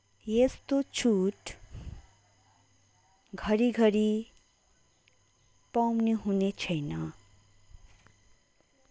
यस्तो छुट घरी घरी पाउनुहुने छैन